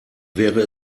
wäre